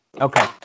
Okay